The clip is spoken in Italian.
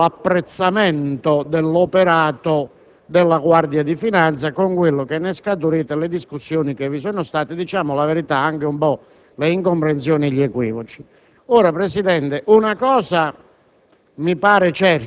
sulla questione dell'apprezzamento dell'operato della Guardia di finanza, ciò che ne scaturì e le discussioni che vi sono state (a dire il vero, anche le incomprensioni e gli equivoci). Signor Presidente, una cosa